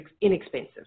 inexpensive